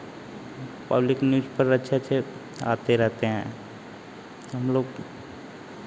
public news पर अच्छे अच्छे आते रहते हैं हम लोग